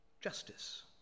justice